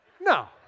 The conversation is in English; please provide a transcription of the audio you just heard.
No